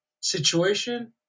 situation